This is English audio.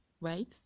Right